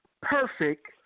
Perfect